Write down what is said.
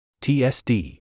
TSD